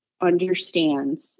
understands